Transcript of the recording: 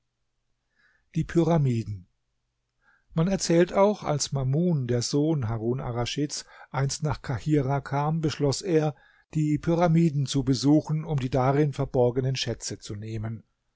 die pyramiden man erzählt auch als mamun der sohn harun arraschids einst nach kahirah kam beschloß er die pyramiden zu besuchen um die darin verborgenen schätze zu nehmen